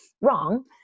wrong